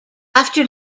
after